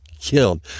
killed